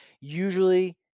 usually